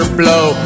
blow